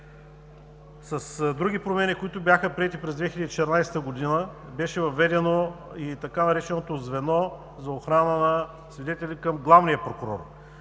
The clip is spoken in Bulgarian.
С други промени, които бяха приети през 2014 г., беше въведено и така нареченото Звено за охрана на свидетели към главния прокурор.